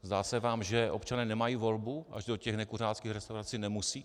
Zdá se vám, že občané nemají volbu a že do nekuřáckých restaurací nemusí?